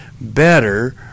better